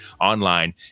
online